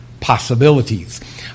possibilities